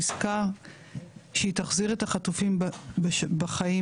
עסקה שתחזיר את החטופים בחיים,